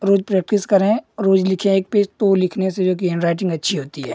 रोज practice करें रोज लिखें एक पेज तो वो लिखने से जो कि हेंड राइटिंग अच्छी होती है